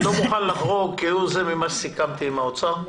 אני לא מוכן לחרוג כהוא זה ממה שסיכמתי עם האוצר.